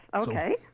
okay